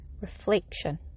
reflection